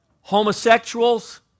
Homosexuals